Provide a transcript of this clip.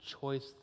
choice